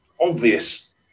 obvious